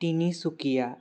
Tinsukia